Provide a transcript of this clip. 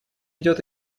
идет